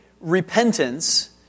repentance